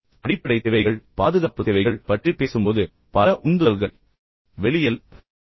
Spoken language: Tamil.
நீங்கள் அடிப்படை தேவைகள் பாதுகாப்பு தேவைகள் பற்றி பேசும்போது பெரும்பாலான உந்துதல்கள் வெளியில் இருந்து வருகின்றன வெளிப்புறம்